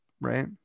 right